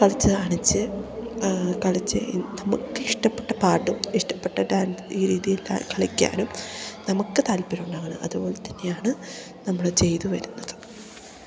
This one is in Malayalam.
കളിച്ചു കാണിച്ചു കളിച്ചു നമുക്ക് ഇഷ്ടപ്പെട്ട പാട്ടും ഇഷ്ടപ്പെട്ട ഡാൻസും ഈ രീതി കളിക്കാനും നമുക്ക് താല്പര്യം ഉണ്ടാവണം അതുപോലെ തന്നെയാണ് നമ്മൾ ചെയ്തു വരുന്നത്